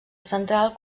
central